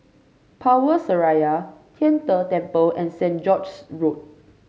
Power Seraya Tian De Temple and Saint George's Road